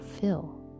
fill